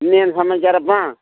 ಇನ್ನೇನು ಸಮಾಚಾರಪ್ಪ